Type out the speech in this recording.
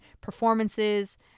performances